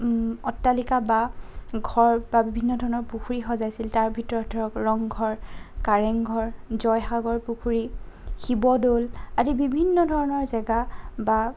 অট্টালিকা বা ঘৰ বা বিভিন্ন ধৰণৰ পুখুৰী সজাইছিল তাৰ ভিতৰত ধৰক ৰংঘৰ কাৰেংঘৰ জয়সাগৰ পুখুৰী শিৱদৌল আদি বিভিন্ন ধৰণৰ জেগা বা